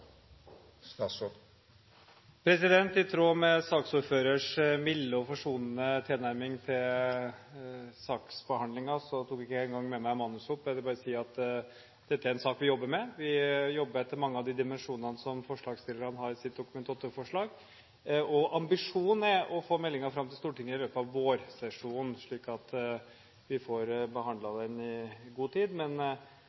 stortingsmeldingen. I tråd med saksordførerens milde og forsonende tilnærming til saksbehandlingen tok jeg ikke engang med meg manuset opp. Jeg vil bare si at dette er en sak vi jobber med. Vi jobber etter mange av de dimensjonene som forslagsstillerne har i sitt Dokument 8-forslag. Ambisjonen er å få meldingen fram til Stortinget i løpet av vårsesjonen, slik at vi får